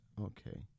okay